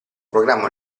programma